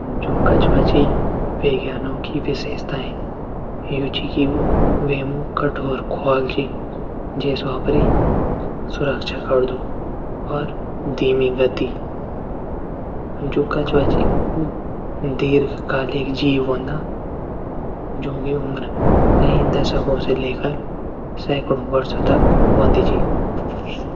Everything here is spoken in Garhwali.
जो कछुआ छ वे की अनोखी बिशेषताएँ यो च की वे मग कठोर खोल छ. जैसी वो अपड़ी सुरक्षा करदु और धीमी गति. जु कच्छुआ छ व दीर्घकालिक जिव होंद. जोकि उम्र कई दशकों से लेकर सैकड़ों वर्ष की होंदी छ.